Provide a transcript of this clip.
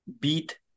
beat